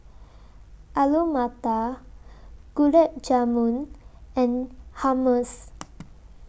Alu Matar Gulab Jamun and Hummus